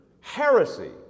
heresy